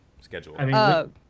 schedule